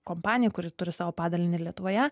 kompaniją kuri turi savo padalinį ir lietuvoje